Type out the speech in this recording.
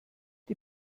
die